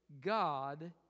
God